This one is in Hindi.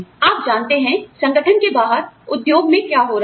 आप जानते हैं संगठन के बाहर उद्योग में क्या हो रहा है